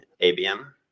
ABM